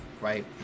right